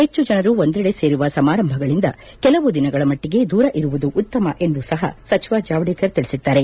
ಹೆಚ್ಚು ಜನರು ಒಂದೆಡೆ ಸೇರುವ ಸಮಾರಂಭಗಳಿಂದ ಕೆಲವು ದಿನಗಳ ಮಟ್ಟಿಗೆ ದೂರ ಇರುವುದು ಉತ್ತಮ ಎಂದೂ ಸಹ ಸಚಿವ ಜಾವಡೇಕರ್ ತಿಳಿಸಿದ್ದಾರೆ